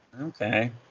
okay